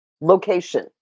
location